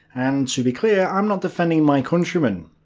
and to be clear, i'm not defending my countrymen.